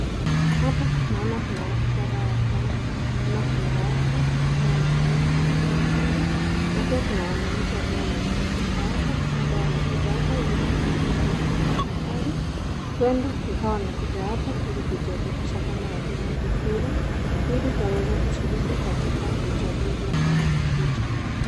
Hapa naona kuna watu wa kadhaa wa kadhaa, tunaona kuna watu ambao wanafanya kazi ya serikali na pia kuna wananchi ambao wamejifikisha hapa, labda wamekuja hapa ili kupewa huduma za serikali, huenda ikawa wamekuja hapa ili kujiandikisha kama wapigaji kura ili waweze kushiriki katika uchaguzi ambao unakuja.